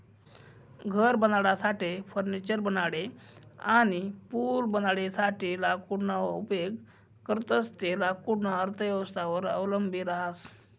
घर बनाडासाठे, फर्निचर बनाडाले अनी पूल बनाडासाठे लाकूडना उपेग करतंस ते लाकूडना अर्थव्यवस्थावर अवलंबी रहास